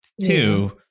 two